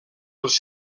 els